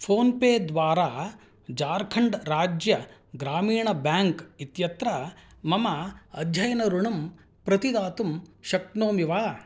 PhonePe द्वारा झार्खण्ड् राज्य ग्रामीणबेङ्क् इत्यत्र मम अध्ययनऋणम् प्रतिदातुं शक्नोमि वा